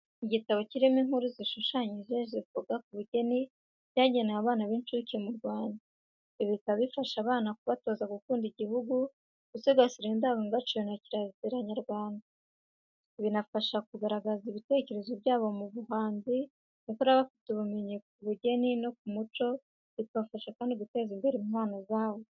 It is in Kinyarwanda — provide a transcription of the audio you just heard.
Igitabo kirimo inkuru zishushanyije zivuga ku bugeni cyagenewe abana b'incuke mu Rwanda. Ibi bikaba bifasha kubatoza gukunda igihugu, gusigasira indangagaciro na kirazira nyarwanda. Binabafasha kugaragaza ibitekerezo byabo mu buhanzi, gukura bafite ubumenyi ku bugeni no ku muco bikabafasha kandi guteza imbere impano zabo.